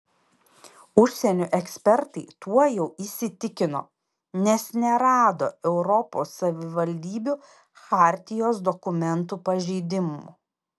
užsienio ekspertai tuo jau įsitikino nes nerado europos savivaldybių chartijos dokumentų pažeidimų